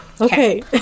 Okay